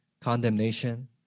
condemnation